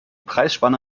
preisspanne